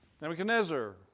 Nebuchadnezzar